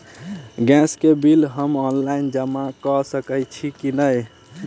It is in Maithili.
गैस केँ बिल हम ऑनलाइन जमा कऽ सकैत छी की नै?